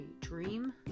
dream